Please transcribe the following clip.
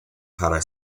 para